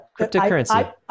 Cryptocurrency